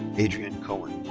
adrian cohen.